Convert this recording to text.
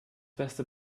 beste